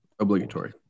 Obligatory